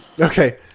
Okay